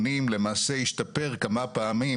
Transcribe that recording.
למעשה השתפר כמה פעמים.